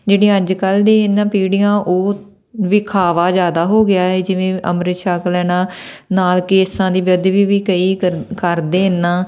ਜਿਹੜੀਆਂ ਅੱਜ ਕੱਲ੍ਹ ਦੀ ਇਹਨਾਂ ਪੀੜ੍ਹੀਆਂ ਉਹ ਵਿਖਾਵਾ ਜ਼ਿਆਦਾ ਹੋ ਗਿਆ ਹੈ ਜਿਵੇਂ ਅੰਮ੍ਰਿਤ ਛੱਕ ਲੈਣਾ ਨਾਲ ਕੇਸਾਂ ਦੀ ਬੇਅਦਬੀ ਵੀ ਕਈ ਕਰ ਕਰਦੇ ਐਨ